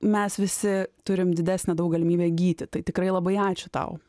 mes visi turim didesnę daug galimybę gyti tai tikrai labai ačiū tau